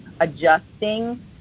adjusting